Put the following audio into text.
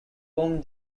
foam